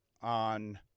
on